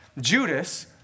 Judas